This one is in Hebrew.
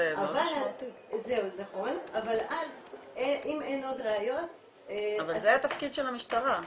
אבל אז אם אין עוד ראיות --- אבל זה התפקיד של המשטרה.